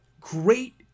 great